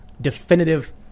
definitive